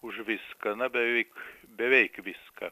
už viską na beveik beveik viską